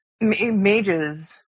Mages